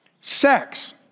Sex